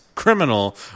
Criminal